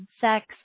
sex